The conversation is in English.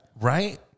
Right